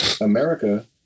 America